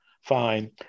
fine